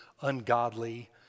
ungodly